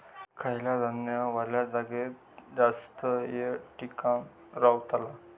खयला धान्य वल्या जागेत जास्त येळ टिकान रवतला?